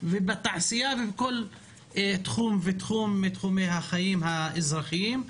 בתעשייה ובכל תחום ותחום מתחומי החיים האזרחיים.